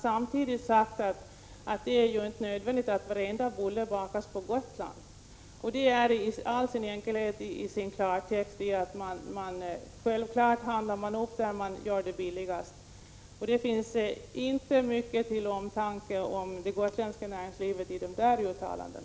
Samtidigt har man sagt att det inte är nödvändigt att varenda bulle bakas på Gotland. Det betyder i klartext att man gör upphandlingar där det är billigast. Det finns inte mycket av omtanke om det gotländska näringslivet i dessa uttalanden.